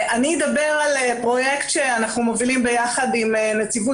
אני אדבר על פרויקט שאנחנו מובילים ביחד עם נציבות